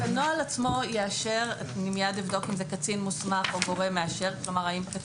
את הנוהל עצמו יאשר אני מיד אבדוק אם זה קצין מוסמך או גורם מאשר אחר.